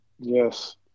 Yes